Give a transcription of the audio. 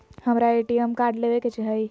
हमारा ATM card लेव के हई